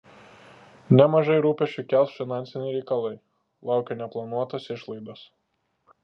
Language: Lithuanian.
nemažai rūpesčių kels finansiniai reikalai laukia neplanuotos išlaidos